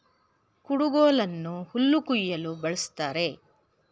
ಕುಡುಗೋಲನ್ನು ಹುಲ್ಲು ಕುಯ್ಯಲು ಬಳ್ಸತ್ತರೆ